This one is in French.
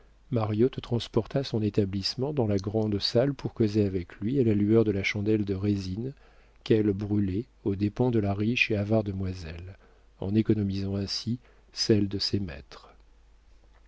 mariotte transporta son établissement dans la grande salle pour causer avec lui à la lueur de la chandelle de résine qu'elle brûlait aux dépens de la riche et avare demoiselle en économisant ainsi celle de ses maîtres